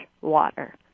water